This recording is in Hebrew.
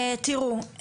תראו,